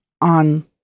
on